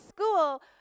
School